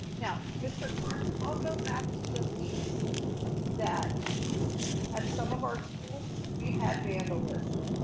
now, mr. clark, i'll go back to the piece that at some of our schools we've had vandalism,